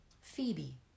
Phoebe